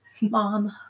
Mom